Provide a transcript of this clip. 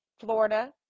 Florida